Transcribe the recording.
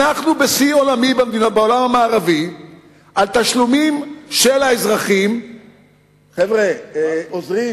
אנחנו בשיא עולמי בעולם המערבי בתשלומים של האזרחים עבור בריאות.